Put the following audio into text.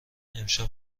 امشب